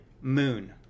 moon